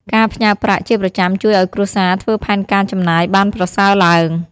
ការផ្ញើប្រាក់ជាប្រចាំជួយឱ្យគ្រួសារធ្វើផែនការចំណាយបានប្រសើរឡើង។